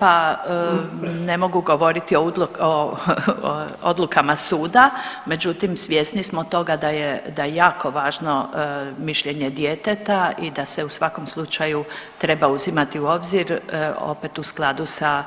Pa ne mogu govoriti o odlukama suda, međutim svjesni smo toga da je jako važno mišljenje djeteta i da se u svakom slučaju treba uzimati u obzir opet u skladu sa